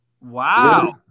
Wow